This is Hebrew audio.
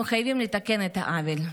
אנחנו חייבים לתקן את העוול.